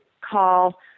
call